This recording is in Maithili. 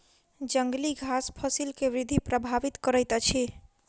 जंगली घास फसिल के वृद्धि प्रभावित करैत अछि